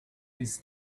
his